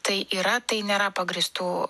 tai yra tai nėra pagrįstų